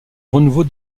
renouveau